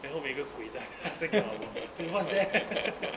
and 后面一个鬼在 still 给我老婆 !hey! what's that